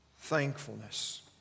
thankfulness